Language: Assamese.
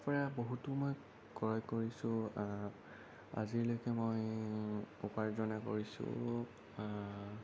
পৰা বহুতো মই ক্ৰয় কৰিছোঁ আজিলৈকে মই উপাৰ্জনেই কৰিছোঁ